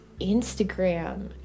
Instagram